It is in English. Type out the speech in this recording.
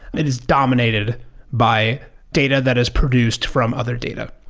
it is dominated by data that is produced from other data.